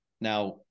Now